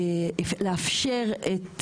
לאפשר את